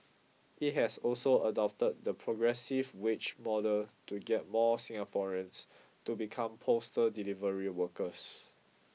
it has also adopted the progressive wage model to get more Singaporeans to become postal delivery workers